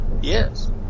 Yes